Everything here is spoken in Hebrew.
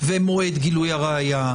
ומועד גילוי הראיה,